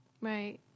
Right